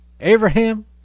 Abraham